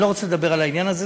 אני לא רוצה לדבר על העניין הזה,